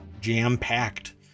jam-packed